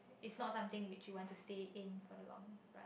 is not something which you want to stay in for the long run